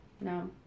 No